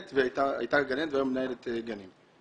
הייתה גננת והיום היא מנהלת גנים.